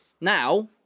Now